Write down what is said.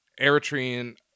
Eritrean